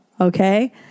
Okay